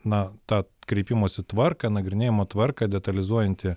na tą kreipimosi tvarką nagrinėjimo tvarką detalizuojantį